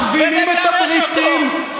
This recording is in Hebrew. מכווינים את הבריטים,